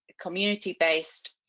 community-based